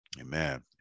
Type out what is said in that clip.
amen